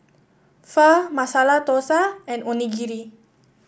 Pho Masala Dosa and Onigiri